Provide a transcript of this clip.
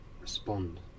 respond